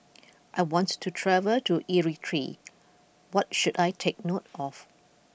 I want to travel to Eritrea what should I take note of